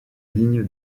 ligne